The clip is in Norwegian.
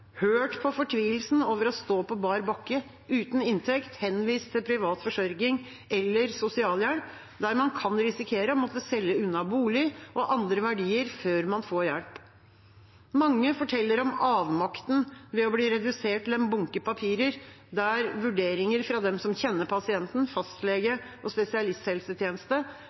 hørt på fortvilelsen over å stå på bar bakke, uten inntekt, henvist til privat forsørging eller sosialhjelp, der man kan risikere å måtte selge unna bolig og andre verdier før man får hjelp. Mange forteller om avmakten ved å bli redusert til en bunke papirer, der vurderinger fra dem som kjenner pasienten, fastlege og spesialisthelsetjeneste,